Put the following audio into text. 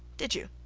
did you?